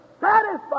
satisfied